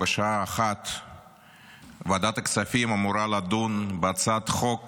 בשעה 13:00 ועדת הכספים אמורה לדון בהצעת חוק